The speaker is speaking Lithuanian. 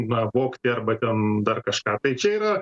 na vogti arba ten dar kažką tai čia yra